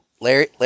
Larry